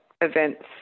events